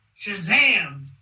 Shazam